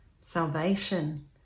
salvation